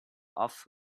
off